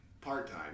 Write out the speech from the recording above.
part-time